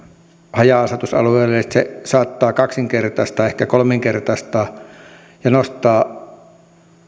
haja asutusalueille että se saattaa kaksinkertaistaa ehkä kolminkertaistaa ja nostaa